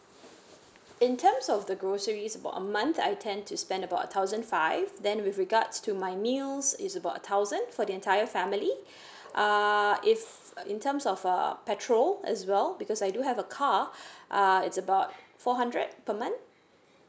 in terms of the groceries about a month I tend to spend about a thousand five then with regards to my meals is about thousand for the entire family err if in terms of uh petrol as well because I do have a car uh it's about four hundred per month